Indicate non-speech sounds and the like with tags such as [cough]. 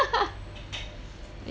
[laughs]